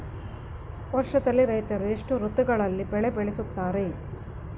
ವರ್ಷದಲ್ಲಿ ರೈತರು ಎಷ್ಟು ಋತುಗಳಲ್ಲಿ ಬೆಳೆ ಬೆಳೆಯುತ್ತಾರೆ?